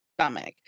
stomach